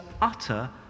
utter